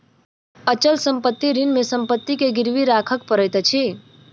अचल संपत्ति ऋण मे संपत्ति के गिरवी राखअ पड़ैत अछि